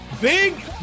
Big